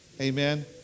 amen